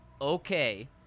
okay